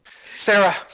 Sarah